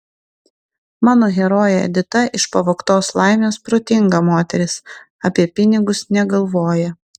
mano herojė edita iš pavogtos laimės protinga moteris apie pinigus negalvoja